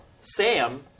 Sam